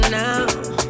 now